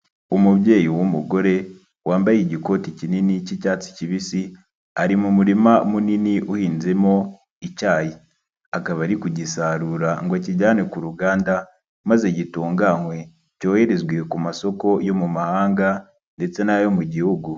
Umubyeyi w'umugore wambaye igikoti kinini cy'icyatsi kibisi ari mu murima munini uhinzemo icyayi, akaba ari kugisarura ngo akijyane ku ruganda maze gitunganywe cyoherezwa ku masoko yo mu mahanga ndetse n'ayo mu gihugu.